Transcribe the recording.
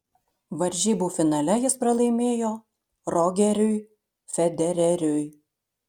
varžybų finale jis pralaimėjo rogeriui federeriui